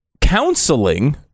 counseling